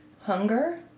hunger